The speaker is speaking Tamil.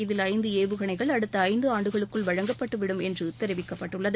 இதில் ஐந்து ஏவுகணைகள் அடுத்த ஐந்து ஆண்டுகளுக்குள் வழங்கப்பட்டு விடும் என்று தெரிவிக்கப்பட்டுள்ளது